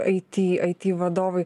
aiti aiti vadovui